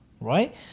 right